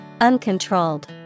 Uncontrolled